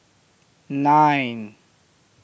nine